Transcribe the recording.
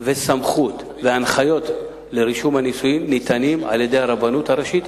וסמכות והנחיות לרישום הנישואים ניתנים על-ידי הרבנות הראשית.